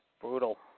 brutal